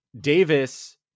Davis